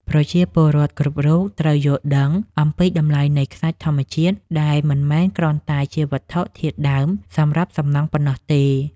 ប្រជាពលរដ្ឋគ្រប់រូបត្រូវយល់ដឹងអំពីតម្លៃនៃខ្សាច់ធម្មជាតិដែលមិនមែនគ្រាន់តែជាវត្ថុធាតុដើមសម្រាប់សំណង់ប៉ុណ្ណោះទេ។